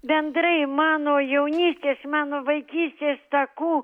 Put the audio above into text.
bendrai mano jaunystės mano vaikystės takų